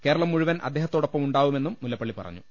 കേരളം മുഴുവൻ അദ്ദേഹത്തോടൊപ്പമുണ്ടാവുമെന്നും മുല്ലപ്പളളി പറഞ്ഞു